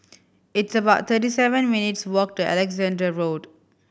it's about thirty seven minutes' walk to Alexandra Road